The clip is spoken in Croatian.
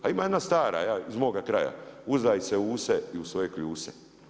A ima jedna stara iz moga kraja uzdaj se u se i u svoje kljuse.